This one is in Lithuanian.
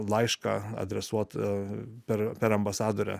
laišką adresuotą per per ambasadorę